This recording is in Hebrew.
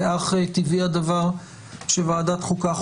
ואך טבעי הדבר שוועדת חוקה,